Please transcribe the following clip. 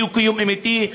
בדו-קיום אמיתי,